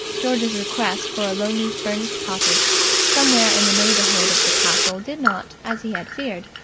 george's request for a lonely furnished cottage somewhere in the neighbourhood of the castle did not, as he had feared,